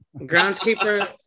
groundskeeper